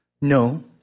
No